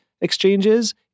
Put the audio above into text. exchanges